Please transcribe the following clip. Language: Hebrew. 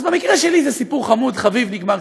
אז במקרה שלי זה סיפור חמוד, חביב, נגמר.